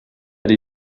die